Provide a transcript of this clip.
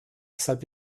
weshalb